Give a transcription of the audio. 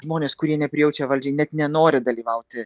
žmonės kurie neprijaučia valdžiai net nenori dalyvauti